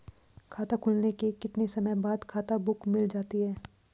खाता खुलने के कितने समय बाद खाता बुक मिल जाती है?